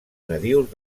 nadius